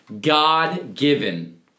God-given